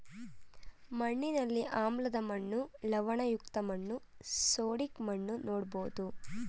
ಮಣ್ಣಿನಲ್ಲಿ ಆಮ್ಲದ ಮಣ್ಣು, ಲವಣಯುಕ್ತ ಮಣ್ಣು, ಸೋಡಿಕ್ ಮಣ್ಣು ನೋಡ್ಬೋದು